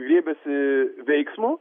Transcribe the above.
griebėsi veiksmo